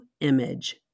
image